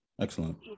Excellent